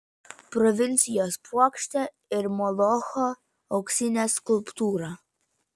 provincijos puokštė ir molocho auksinė skulptūra